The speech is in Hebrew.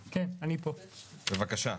בבקשה.